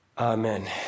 Amen